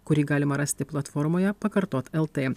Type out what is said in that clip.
kurį galima rasti platformoje pakartot lt